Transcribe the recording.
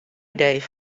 idee